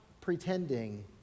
pretending